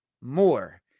more